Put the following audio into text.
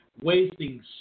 wasting